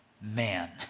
man